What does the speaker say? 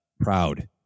proud